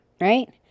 right